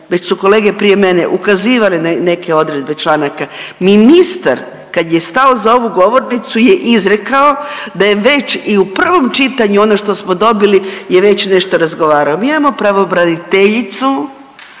već su kolege prije mene ukazivale na neke odredbe članaka. Ministar kad je stao za ovu govornicu je izrekao da je već i u provom čitanju ono što smo dobili je već nešto razgovarao. Mi imamo pravobraniteljicu